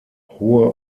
hohe